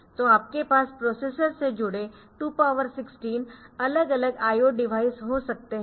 तो आपके पास प्रोसेसर से जुड़े 216 अलग अलग IO डिवाइस हो सकते है